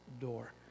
door